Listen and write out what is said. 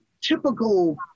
typical